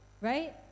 right